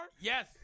Yes